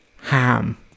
ham